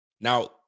Now